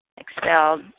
Expelled